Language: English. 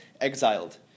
exiled